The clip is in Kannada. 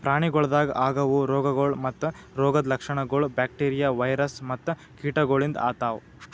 ಪ್ರಾಣಿಗೊಳ್ದಾಗ್ ಆಗವು ರೋಗಗೊಳ್ ಮತ್ತ ರೋಗದ್ ಲಕ್ಷಣಗೊಳ್ ಬ್ಯಾಕ್ಟೀರಿಯಾ, ವೈರಸ್ ಮತ್ತ ಕೀಟಗೊಳಿಂದ್ ಆತವ್